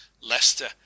Leicester